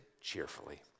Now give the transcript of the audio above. cheerfully